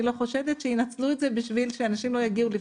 אני לא חושדת שינצלו את זה בשביל שאנשים לא יגיעו לבחור.